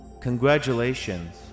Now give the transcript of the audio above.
congratulations